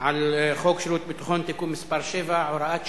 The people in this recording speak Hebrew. על חוק שירות ביטחון (תיקון מס' 7 והוראת שעה)